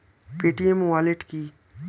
Paytm wallet কি?